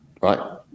right